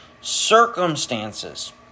circumstances